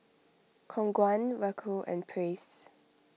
Khong Guan Raoul and Praise